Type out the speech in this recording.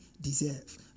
deserve